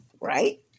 right